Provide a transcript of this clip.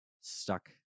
stuck